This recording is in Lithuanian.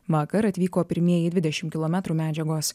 vakar atvyko pirmieji dvidešim kilometrų medžiagos